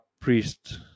priest